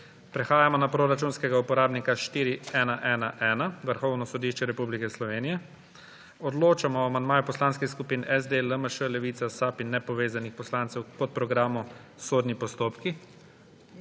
Prehajamo na proračunskega uporabnika 4111 – Vrhovno sodišče Republike Slovenije. Odločamo o amandmaju poslanskih skupin SD, LMŠ, Levica, SAB in nepovezanih poslancev k podprogramu Sodni postopki.